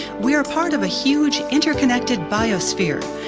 we're part of a huge intersectioned biosphere.